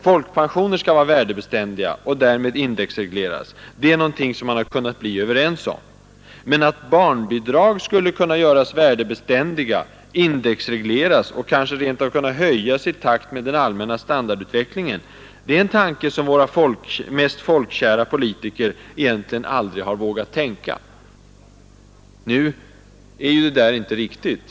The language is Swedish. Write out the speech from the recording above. Folkpensioner skall vara värdebeständiga och därmed indexregleras. Det är något som man har kunnat bli överens om. Men att barnbidrag skulle kunna göras värdebeständiga, indexreglerade och kanske rent av kunna höjas i takt med den allmänna standardutvecklingen, det är en tanke som våra mest folkkära politiker egentligen aldrig vågat tänka.” Nu är ju det där inte riktigt.